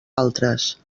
altres